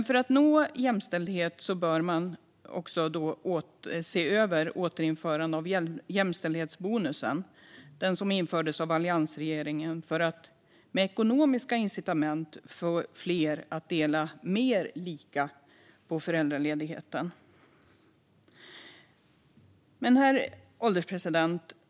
För att nå jämställdhet bör man se över ett återinförande av jämställdhetsbonusen, som infördes av alliansregeringen för att med ekonomiska incitament få fler att dela föräldraledigheten mer lika. Herr ålderspresident!